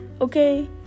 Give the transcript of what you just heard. Okay